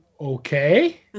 Okay